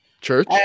Church